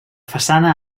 façana